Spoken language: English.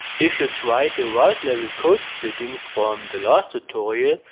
if you tried the route level code-splitting from the last tutorial,